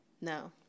No